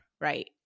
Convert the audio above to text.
right